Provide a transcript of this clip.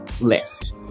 list